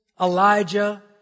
Elijah